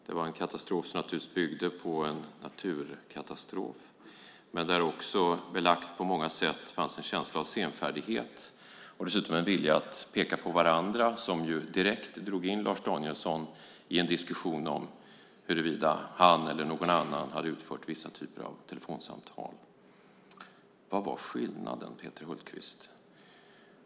Det var en katastrof som byggde på en naturkatastrof men där det också på många sätt fanns en känsla av senfärdighet. Det fanns dessutom en vilja att peka på varandra som direkt drog in Lars Danielsson i en diskussion om huruvida han eller någon annan hade utfört vissa typer av telefonsamtal. Vad var skillnaden, Peter Hultqvist?